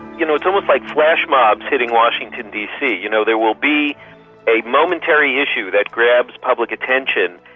you know, it's almost like flash mobs hitting washington dc, you know, there will be a momentary issue that grabs public attention,